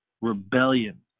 rebellion